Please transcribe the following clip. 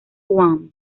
one